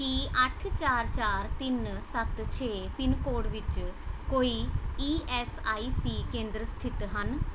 ਕੀ ਅੱਠ ਚਾਰ ਚਾਰ ਤਿੰਨ ਸੱਤ ਛੇ ਪਿਨਕੋਡ ਵਿੱਚ ਕੋਈ ਈ ਐੱਸ ਆਈ ਸੀ ਕੇਂਦਰ ਸਥਿਤ ਹਨ